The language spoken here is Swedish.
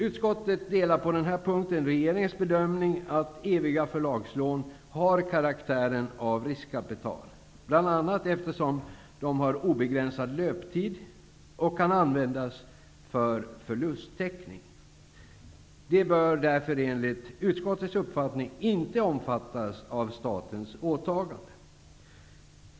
Utskottet delar på denna punkt regeringens bedömning att eviga förlagslån har karaktären av riskkapital, bl.a. eftersom de har obegränsad löptid och kan användas för förlusttäckning. De bör därför enligt utskottets uppfattning inte omfattas av statens åtagande.